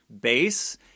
base